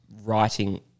writing